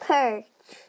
Perch